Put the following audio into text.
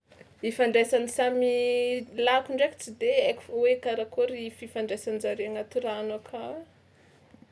Ifandraisan'ny samy lako ndraiky tsy de haiko fao hoe karakôry fifandraisan-jareo anaty rano akao.